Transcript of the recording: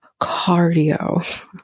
Cardio